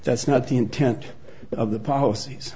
that's not the intent of the policies